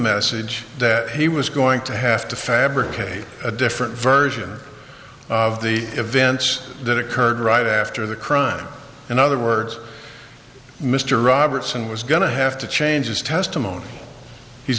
message that he was going to have to fabricate a different version of the events that occurred right after the crime in other words mr robertson was going to have to change his testimony he's